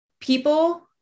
people